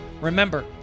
Remember